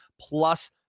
plus